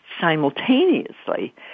simultaneously